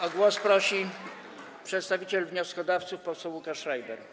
O głos prosi przedstawiciel wnioskodawców poseł Łukasz Schreiber.